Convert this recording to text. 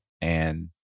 and-